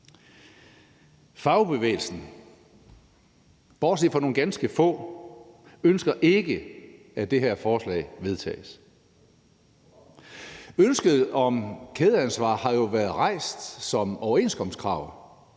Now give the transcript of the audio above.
Fagbevægelsen, bortset fra nogle ganske få, ønsker ikke, at det her forslag vedtages. Ønsket om kædeansvar har jo været rejst som overenskomstkrav.